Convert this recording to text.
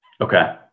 Okay